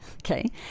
okay